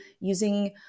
using